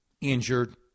injured